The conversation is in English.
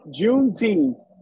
Juneteenth